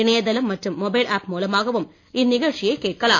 இணையதளம் மற்றும் mobile app மூலமாகவும் இந்நிகழ்ச்சியைக் கேட்கலாம்